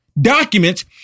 documents